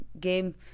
game